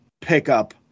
pickup